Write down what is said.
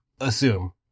assume